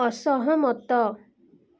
ଅସହମତ